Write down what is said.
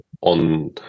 on